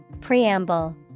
Preamble